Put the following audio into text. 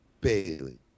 Bailey